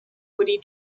woody